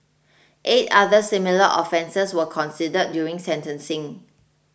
eight other similar offences were considered during sentencing